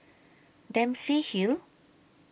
Dempsey Hill